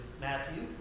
Matthew